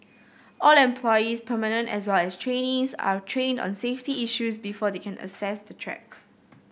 all employees permanent as well as trainees are trained on safety issues before they can access the track